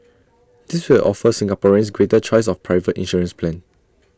this will offer Singaporeans greater choice of private insurance plans